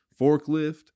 forklift